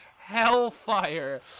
hellfire